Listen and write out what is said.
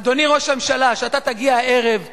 אדוני ראש הממשלה, כשאתה תגיע הערב לכאן,